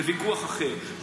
לוויכוח אחר.